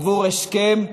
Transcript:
עבור הסכם כושל,